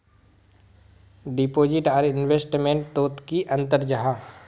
Deposit आर investment तोत की अंतर जाहा?